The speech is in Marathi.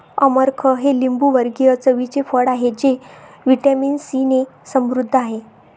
अमरख हे लिंबूवर्गीय चवीचे फळ आहे जे व्हिटॅमिन सीने समृद्ध आहे